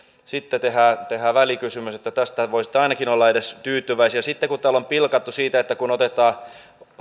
sitten tehdään välikysymys että tästä voisitte ainakin olla edes tyytyväisiä sitten kun täällä on pilkattu siitä että otetaan